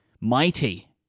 Mighty